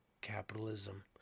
capitalism